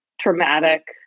traumatic